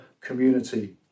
community